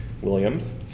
Williams